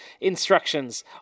instructions